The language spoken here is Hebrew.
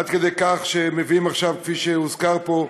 עד כדי כך שכפי שהוזכר פה,